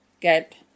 get